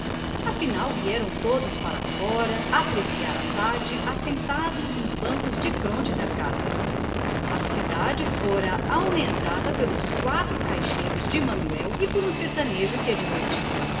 afinal foram todos lá pra fora apreciar a tarde assentados nos bancos fronteiros à casa a sociedade estava engrossada pelos quatro caixeiros de manuel e por um sertanejo que a